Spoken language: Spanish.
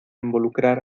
involucrar